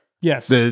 Yes